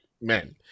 men